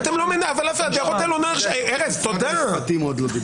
--- משרד המשפטים עוד לא דיבר.